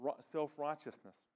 self-righteousness